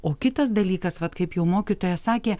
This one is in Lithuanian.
o kitas dalykas vat kaip jau mokytoja sakė